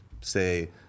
say